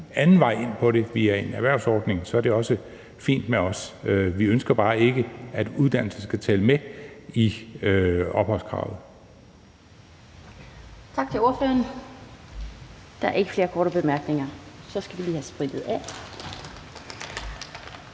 anden vej ind via en erhvervsordning, er det jo også fint med os. Vi ønsker bare ikke, at uddannelse skal tælle med i opholdskravet.